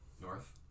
North